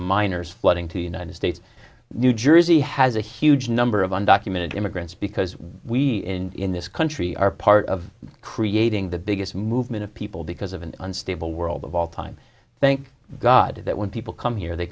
miners flooding to united states new jersey has a huge number of undocumented immigrants because we in this country are part of creating the biggest movement of people because of an unstable world of all time thank god that when people come here they